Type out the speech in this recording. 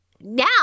now